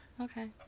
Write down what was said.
Okay